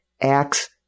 acts